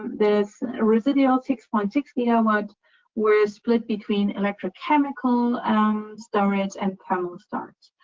this residual six point six gigawatt were split between electric-chemical storage and thermal storage.